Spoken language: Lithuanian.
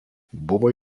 buvo